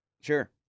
Sure